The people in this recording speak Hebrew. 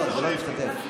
זה "לא משתתף".